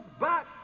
back